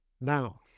Now